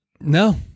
No